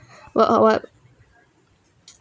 what what what